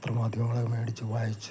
പത്രമാധ്യമങ്ങൾ മേടിച്ചു വായിച്ചു